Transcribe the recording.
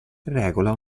regola